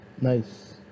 Nice